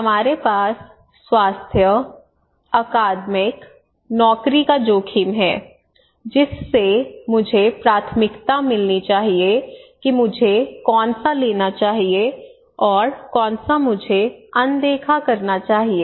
हमारे पास स्वास्थ्य अकादमिक नौकरी का जोखिम है जिससे मुझे प्राथमिकता मिलनी चाहिए कि मुझे कौन सा लेना चाहिए और कौन सा मुझे अनदेखा करना चाहिए